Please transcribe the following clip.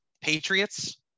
Patriots